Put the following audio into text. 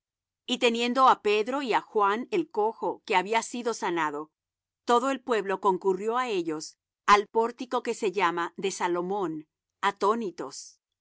y teniendo á pedro y á juan el cojo que había sido sanado todo el pueblo concurrió á ellos al pórtico que se llama de salomón atónitos